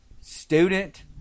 student